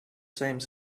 same